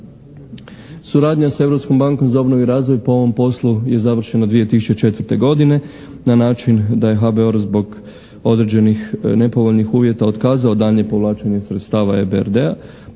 bankom za obnovu i razvoj po ovom poslu je završena 2004. godina na način da je HBOR zbog određenih nepovoljnih uvjeta otkazao daljnje povlačenje sredstava EBRD-a